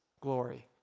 glory